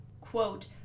quote